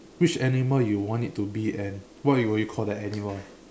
which animal you want it to be and what will you call the animal